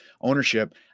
ownership